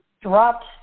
dropped